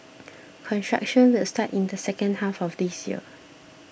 construction will start in the second half of this year